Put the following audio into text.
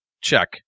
Check